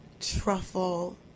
truffle